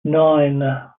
nine